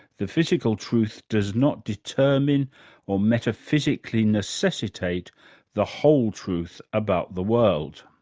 the physical truth does not determine or metaphysically necessitate the whole truth about the world.